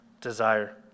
desire